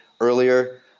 earlier